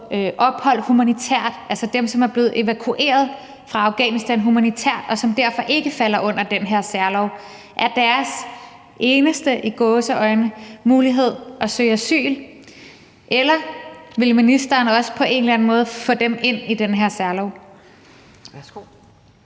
ophold, altså dem, som er blevet evakueret fra Afghanistan humanitært, og som derfor ikke falder ind under den her særlov? Er deres eneste – i gåseøjne – mulighed at søge asyl? Eller vil ministeren også på en eller anden måde få dem ind i den her særlov?